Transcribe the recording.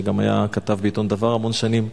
שגם היה כתב בעיתון "דבר" המון שנים,